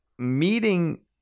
Meeting